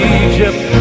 egypt